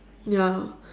ya